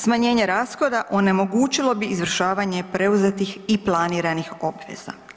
Smanjenje rashoda onemogućilo bi izvršavanje preuzetih i planiranih obveza.